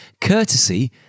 courtesy